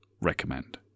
recommend